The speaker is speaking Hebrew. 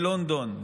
בלונדון,